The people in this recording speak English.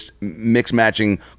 mix-matching